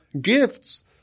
gifts